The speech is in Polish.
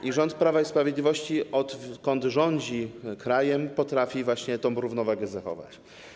I rząd Prawa i Sprawiedliwości, odkąd rządzi krajem, potrafi właśnie tę równowagę zachować.